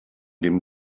dem